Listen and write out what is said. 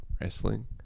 wrestling